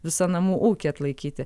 visą namų ūkį atlaikyti